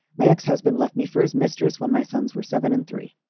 my ex-husband left me for his mistress when my sons were seven and three.